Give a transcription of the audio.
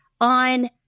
on